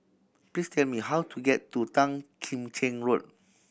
please tell me how to get to Tan Kim Cheng Road